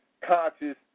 conscious